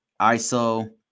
iso